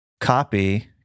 copy